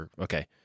okay